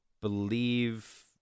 believe